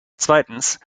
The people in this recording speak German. zweitens